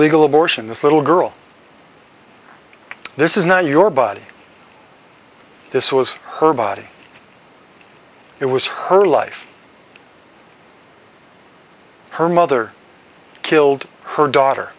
legal abortion this little girl this is not your body this was her body it was her life her mother killed her daughter